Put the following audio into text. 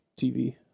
TV